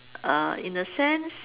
err in a sense